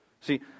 See